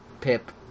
Pip